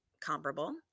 comparable